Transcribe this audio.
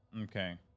Okay